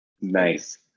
Nice